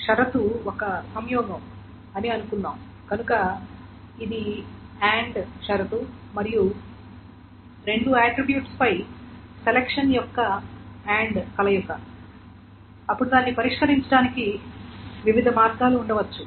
షరతు ఒక సంయోగం అని అనుకుందాం కనుక ఇది AND షరతు మరియు రెండు ఆట్రిబ్యూట్స్ పై సెలక్షన్ యొక్క AND కలయిక అప్పుడు దాన్ని పరిష్కరించడానికి వివిధ మార్గాలు ఉండవచ్చు